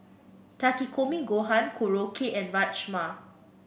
Takikomi Gohan Korokke and Rajma